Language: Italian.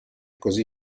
così